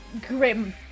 grim